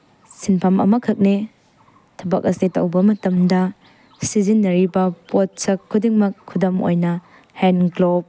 ꯁꯤꯟꯐꯝ ꯑꯃꯈꯛꯅꯤ ꯊꯕꯛ ꯑꯁꯤ ꯇꯧꯕ ꯃꯇꯝꯗ ꯁꯤꯖꯤꯟꯅꯔꯤꯕ ꯄꯣꯠꯁꯛ ꯈꯨꯗꯤꯡꯃꯛ ꯈꯨꯗꯝ ꯑꯣꯏꯅ ꯍꯦꯟ ꯒ꯭ꯂꯣꯞ